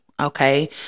Okay